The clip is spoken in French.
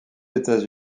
états